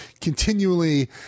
continually